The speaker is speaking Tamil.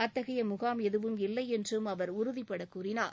அத்தகைய முகாம் எதுவும் இல்லை என்றும் அவர் உறுதிபடக் கூறினார்